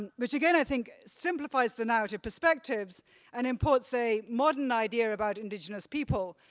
and which again i think simplifies the narrative perspectives and imports a modern idea about indigenous people,